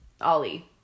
Ollie